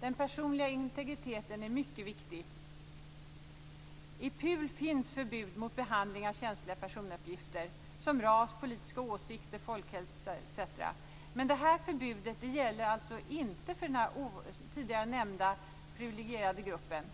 Den personliga integriteten är mycket viktig. I PUL finns förbud mot behandling av känsliga personuppgifter, som ras, politiska åsikter, hälsa etc. Men detta förbud gäller alltså inte för den tidigare nämnda privilegierade gruppen.